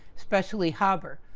especially, haber,